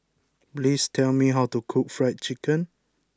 please tell me how to cook Fried Chicken